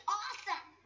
awesome